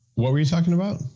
what were you talking about?